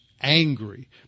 angry